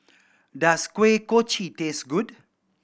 does Kuih Kochi taste good